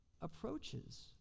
approaches